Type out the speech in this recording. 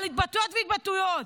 על התבטאויות והתבטאויות.